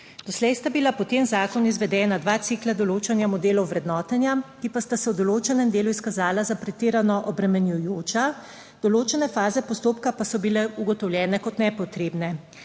Doslej sta bila po tem zakonu izvedena dva cikla določanja modelov vrednotenja, ki pa sta se v določenem delu izkazala za pretirano obremenjujoča, določene faze postopka pa so bile ugotovljene kot nepotrebne